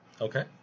Okay